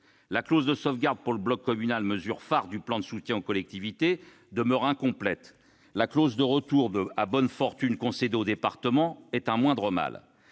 La clause de sauvegarde pour le bloc communal, mesure phare du plan de soutien aux collectivités, demeure incomplète. La clause de « retour à bonne fortune » concédée aux départements est un moindre mal.